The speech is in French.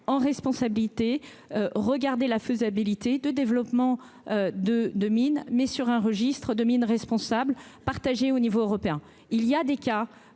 en responsabilité, regarder la faisabilité de développement de de mines mais sur un registre domine Responsable partagée au niveau européen, il y a des cas